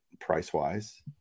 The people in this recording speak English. price-wise